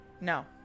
No